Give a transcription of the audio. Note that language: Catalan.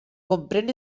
comprèn